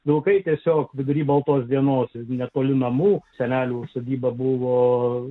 vilkai tiesiog vidury baltos dienos netoli namų senelių sodyba buvo